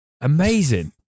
Amazing